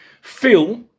Phil